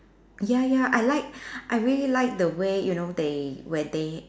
ya ya I like I really like the way you know they where they